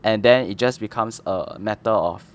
and then it just becomes a matter of